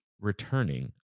returning